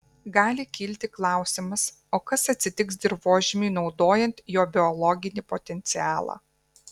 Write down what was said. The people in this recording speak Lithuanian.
gali kilti klausimas o kas atsitiks dirvožemiui naudojant jo biologinį potencialą